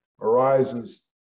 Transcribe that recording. arises